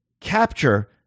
capture